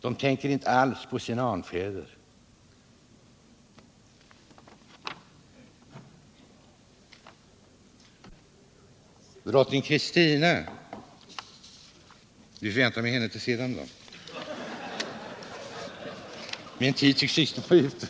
De tänker inte alls på sina anfäder. Drottning Kristina får jag vänta med till senare. Min taletid tycks vara ute.